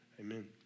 amen